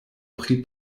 pri